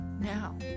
Now